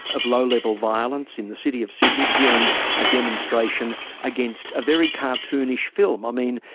of low-level violence in the city of sydney during a demonstration against a very cartoonish film. i mean,